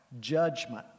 judgment